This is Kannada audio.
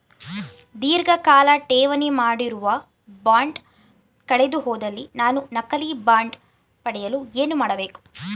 ಧೀರ್ಘಕಾಲ ಠೇವಣಿ ಮಾಡಿರುವ ಬಾಂಡ್ ಕಳೆದುಹೋದಲ್ಲಿ ನಾನು ನಕಲಿ ಬಾಂಡ್ ಪಡೆಯಲು ಏನು ಮಾಡಬೇಕು?